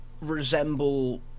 resemble